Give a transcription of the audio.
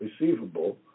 receivable